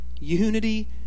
Unity